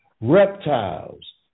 reptiles